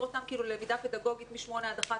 אותם ללמידה פדגוגית מ-8:00 בבוקר עד 1:00,